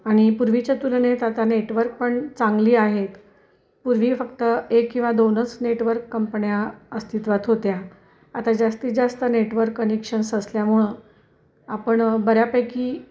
आणि पूर्वीच्या तुलनेत आता नेटवर्क पण चांगली आहेत पूर्वी फक्त एक किंवा दोनच नेटवर्क कंपण्या अस्तित्वात होत्या आता जास्तीत जास्त नेटवर्क कनेक्शन्स असल्यामुळं आपण बऱ्यापैकी